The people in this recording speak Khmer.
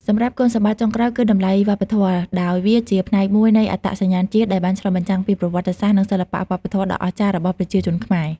សម្រាប់គុណសម្បត្តិចុងក្រោយគឺតម្លៃវប្បធម៌ ដោយវាជាផ្នែកមួយនៃអត្តសញ្ញាណជាតិដែលបានឆ្លុះបញ្ចាំងពីប្រវត្តិសាស្ត្រ និងសិល្បៈវប្បធម៌ដ៏អស្ចារ្យរបស់ប្រជាជនខ្មែរ។